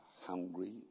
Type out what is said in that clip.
hungry